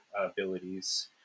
abilities